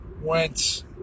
went